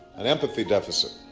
and empathy deficit.